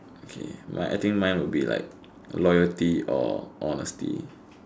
okay but I think mine will be like loyalty or honesty